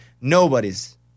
nobody's